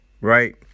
Right